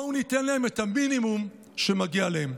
בואו ניתן להם את המינימום שמגיע להם.